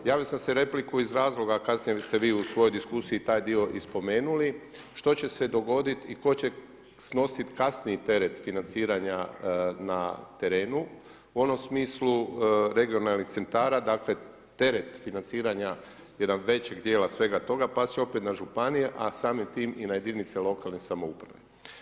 Javio sam se repliku iz razloga, kasnije ste vi u svojoj diskusiji taj dio i spomenuli što će se dogoditi i tko će snositi kasniji teret financiranja na terenu u onom smislu regionalnih centara, dakle teret financiranja jednog većeg dijela svega toga pa se opet na županije, a samim tim i na jedinice lokalne samouprave.